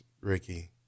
Ricky